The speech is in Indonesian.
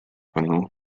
penuh